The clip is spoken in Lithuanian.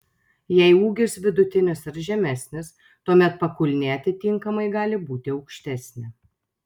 jei ūgis vidutinis ar žemesnis tuomet pakulnė atitinkamai gali būti aukštesnė